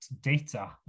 data